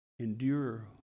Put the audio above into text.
endure